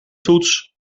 toets